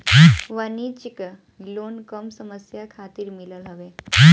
वाणिज्यिक लोन कम समय खातिर मिलत हवे